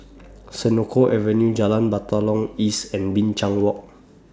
Senoko Avenue Jalan Batalong East and Binchang Walk